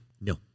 No